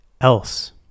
else